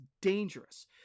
dangerous